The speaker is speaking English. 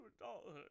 adulthood